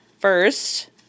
first